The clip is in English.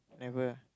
never